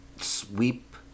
Sweep